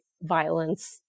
violence